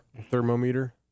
Thermometer